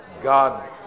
God